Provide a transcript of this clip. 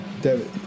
David